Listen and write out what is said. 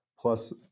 Plus